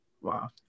wow